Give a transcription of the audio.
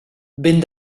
vent